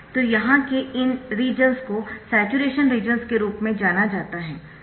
तो यहाँ के इन रीजन्स को स्याचुरेशन रीजन्स के रूप में जाना जाता है